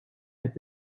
qed